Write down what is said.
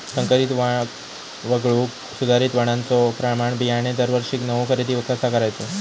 संकरित वाण वगळुक सुधारित वाणाचो प्रमाण बियाणे दरवर्षीक नवो खरेदी कसा करायचो?